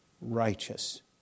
righteous